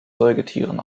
säugetieren